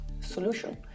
solution